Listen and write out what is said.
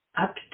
up